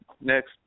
Next